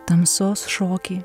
tamsos šokį